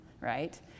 right